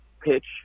pitch